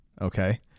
Okay